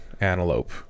Antelope